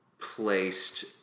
placed